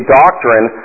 doctrine